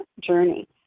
journey